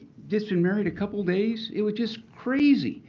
just been married a couple of days. it was just crazy.